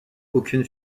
aucune